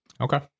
Okay